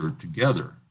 together